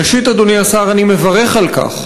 ראשית, אדוני השר, אני מברך על כך.